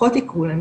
פחות יקרו להם,